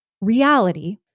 reality